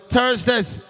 Thursdays